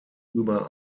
über